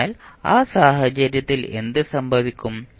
അതിനാൽ ആ സാഹചര്യത്തിൽ എന്ത് സംഭവിക്കും